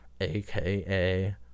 aka